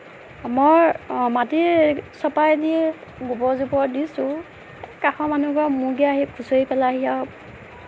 আমাৰ মাটিৰ চপাই দি গোবৰ জোবৰ দিছোঁ কাষৰ মানুহঘৰৰ মুৰ্গী আহি খুঁচৰি পেলাইহি আৰু